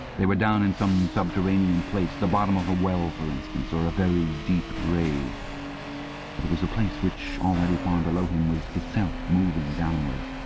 they were down in some subterranean place the bottom of a well, for instance, or a very deep grave but it was a place which, already far below him, was itself moving downwards.